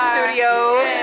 Studios